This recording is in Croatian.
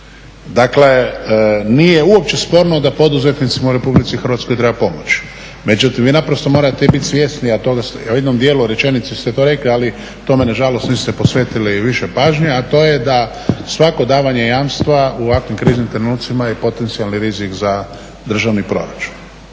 Dakle nije uopće sporno da poduzetnicima u RH treba pomoći, međutim vi naprosto morate biti svjesni, a u jednom dijelu rečenice ste to rekli ali tome nažalost niste posvetili više pažnje, a to je da svako davanje jamstva u ovakvim kriznim trenucima je potencijalni rizik za državni proračun.